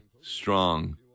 Strong